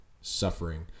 suffering